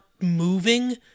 moving